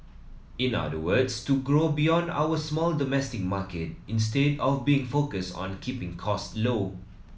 in other words to grow beyond our small domestic market instead of being focused on keeping cost low